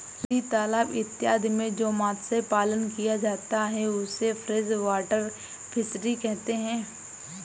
नदी तालाब इत्यादि में जो मत्स्य पालन किया जाता है उसे फ्रेश वाटर फिशरी कहते हैं